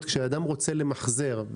כשאדם רוצה למחזר,